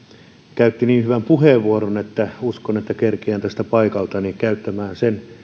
käytti niin hyvän puheenvuoron että uskon että kerkiän tästä paikaltani käyttämään sen myönteisen